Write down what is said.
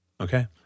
Okay